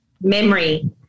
memory